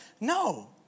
No